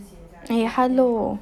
eh hello